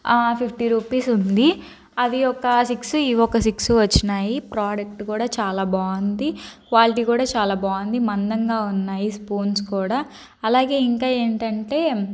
fifty rupees ఉంది అవి ఒక సిక్స్ ఇవి ఒక సిక్స్ వచ్చినాయి ప్రోడక్ట్ కూడా చాలా బాగుంది క్వాలిటీ కూడా చాలా బాగుంది మందంగా ఉన్నాయి స్పూన్స్ కూడా అలాగే ఇంకా ఏంటంటే